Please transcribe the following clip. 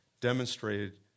demonstrated